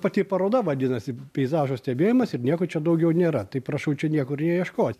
pati paroda vadinasi peizažo stebėjimas ir nieko čia daugiau nėra tai prašau čia nieko ir neieškot